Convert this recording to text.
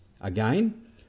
Again